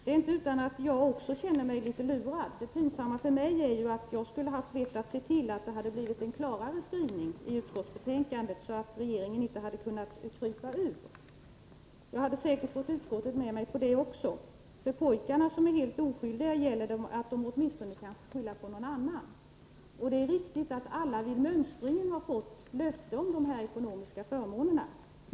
Det är inte utan att också jag känner mig litet lurad. Men det pinsamma för mig är att jag borde ha haft vett att se till att det blev en klarare skrivning i utskottsbetänkandet, så att regeringen inte hade kunnat krypa undan på detta sätt. Jag hade säkert fått utskottet med mig på en sådan skrivning. För dessa pojkar, som är helt oskyldiga, gäller att de åtminstone kan skylla på någon annan. Det är riktigt att alla vid mönstringen fått löfte om dessa ekonomiska förmåner.